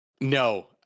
No